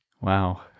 Wow